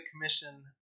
Commission